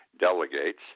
delegates